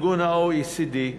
ה-OECD,